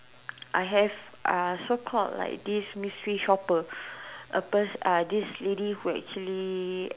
I have a so called like this mystery shopper a person uh this lady who actually